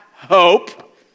hope